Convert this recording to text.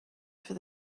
for